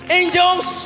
angels